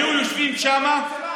היית בממשלה.